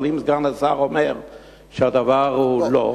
אבל אם סגן השר אומר שהדבר הוא לא,